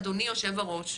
אדוני היושב-ראש,